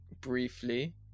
briefly